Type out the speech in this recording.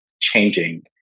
changing